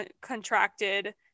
contracted